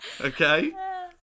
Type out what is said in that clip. Okay